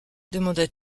demanda